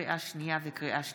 לקריאה שנייה וקריאה שלישית,